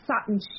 satin